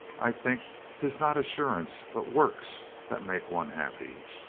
i think tis not assurance but works that make one happy.